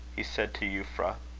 he said to euphra